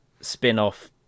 spin-off